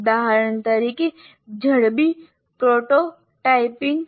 ઉદાહરણ તરીકે ઝડપી પ્રોટોટાઇપિંગ